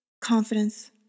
confidence